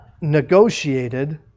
negotiated